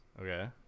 Okay